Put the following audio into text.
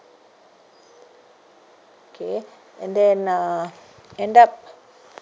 okay and then uh end up